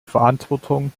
verantwortung